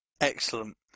Excellent